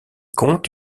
compte